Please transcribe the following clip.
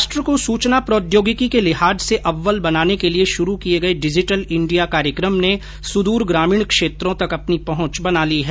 राष्ट्र को सूचना प्रौद्योगिकी के लिहाज से अव्वल बनाने के लिये शुरू किये गये डिजीटल इंडिया कार्यकम ने सुद्र ग्रामीण क्षेत्रों तक अपनी पहुंच बना ली है